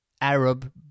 Arab